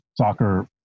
soccer